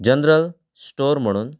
general store म्हणून